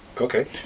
Okay